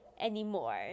anymore